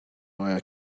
wire